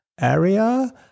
area